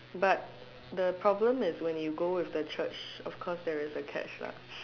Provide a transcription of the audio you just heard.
but the problem is when you go with the Church of course there is a catch